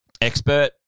expert